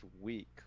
week